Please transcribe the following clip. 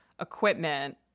equipment